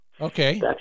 Okay